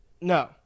No